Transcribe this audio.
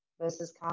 versus